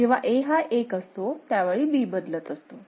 जेव्हा A हा 1 असतो त्यावेळी B बदलत असतो